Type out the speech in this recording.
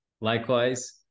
likewise